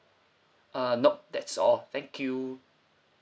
uh nope that's all thank you